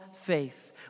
faith